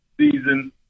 season